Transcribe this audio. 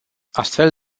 astfel